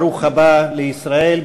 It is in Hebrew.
ברוך הבא לישראל,